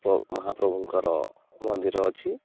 ପ୍ର ମହାପ୍ରଭୁଙ୍କର ମନ୍ଦିର ଅଛି